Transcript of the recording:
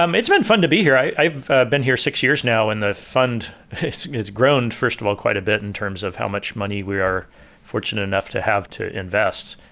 um it's been fun to be here. i've been here six years now and the fund has grown first of all quite a bit in terms of how much money we are fortunate enough to have to invest.